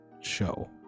show